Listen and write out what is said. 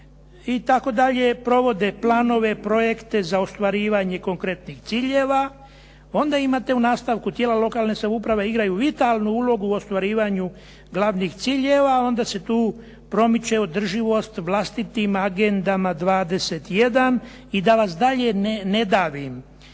i tako dalje, provode planove, projekte za ostvarivanje konkretnih ciljeva. Onda imate u nastavku tijela lokalne samouprave igraju vitalnu ulogu u ostvarivanju glavnih ciljeva, onda se tu promiče održivost vlastitim agendama 21 i da vas dalje ne davim.